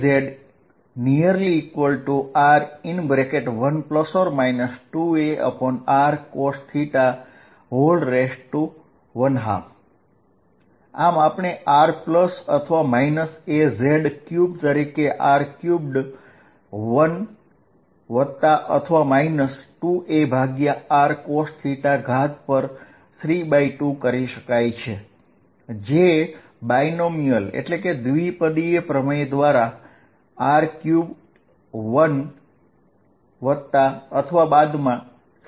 raz≅r1±2arcosθ12 આમ આપણે binomial theorem દ્વારા તેને raz3r31±2arcosθ32≅r31±3arcosθ આ રીતે લખીશું